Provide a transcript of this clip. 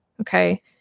Okay